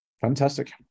Fantastic